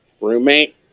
roommate